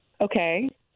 Okay